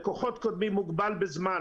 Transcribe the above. לקוחות קודמים מוגבל בזמן,